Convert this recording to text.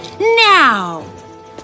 Now